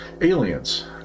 aliens